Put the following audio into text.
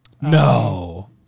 No